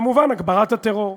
וכמובן הגברת הטרור.